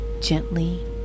gently